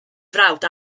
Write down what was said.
frawd